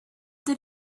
did